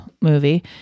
movie